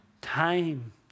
Time